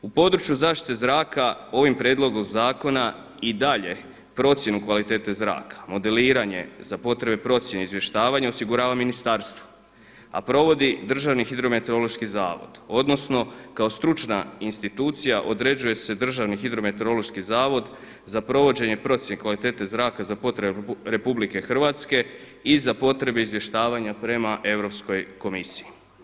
U području zaštite zraka ovim prijedlogom zakona i dalje procjenu kvalitete zraka, modeliranje za potrebe procjene izvještavanja osigurava ministarstvo a provodi Državni hidrometeorološki zavod, odnosno kao stručna institucija određuje se Državni hidrometeorološki zavod za provođenje procjene kvalitete zraka za potrebe RH i za potrebe izvještavanja prema Europskoj komisiji.